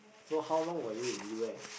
so how long were you in u_s